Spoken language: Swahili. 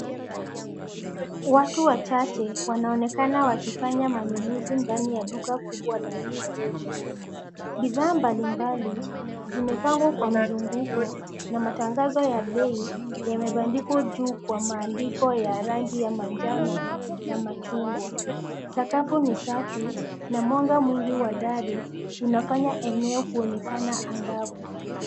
Watu wachache wanaonekana wakifanya manunuzi ndani ya duka kubwa la rejareja. Bidhaa mbalimbali zimepangwa kwa mzunguko na matangazo ya bei yamebandikwa juu kwa maandiko ya rangi ya manjano na machungwa. Sakafu ni safi na mwanga mwingi wa dari unafanya eneo kuonekana angavu.